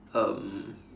um